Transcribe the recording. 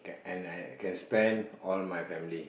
can and and can spend on my family